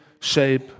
shape